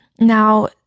Now